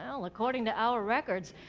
well according to our records,